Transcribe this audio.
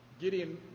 Gideon